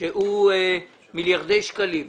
שהוא מיליארדי שקלים.